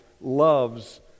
loves